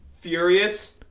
Furious